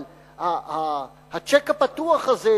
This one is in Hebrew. אבל הצ'ק הפתוח הזה,